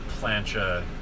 plancha